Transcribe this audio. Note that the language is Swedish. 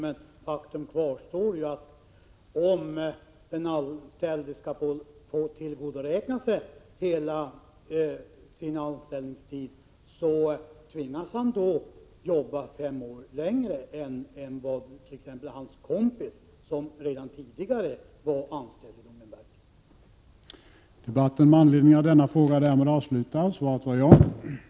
Men faktum kvarstår att om den anställde skall få tillgodoräkna sig hela sin anställningstid, då tvingas han jobba fem år längre än t.ex. hans kompis som redan tidigare varit anställd vid domänverket.